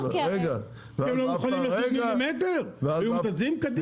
כי אתם ------ הם זזים קדימה.